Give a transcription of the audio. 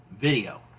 Video